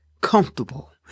comfortable